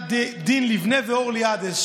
דין לבנה ואורלי עדס,